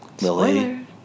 Lily